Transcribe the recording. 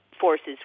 forces